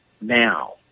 now